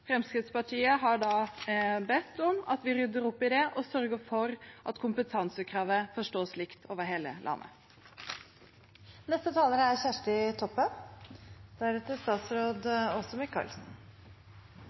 Fremskrittspartiet har bedt om at vi rydder opp i det og sørger for at kompetansekravet forstås likt over hele landet. At Noreg er